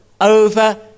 over